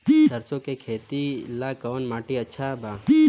सरसों के खेती ला कवन माटी अच्छा बा?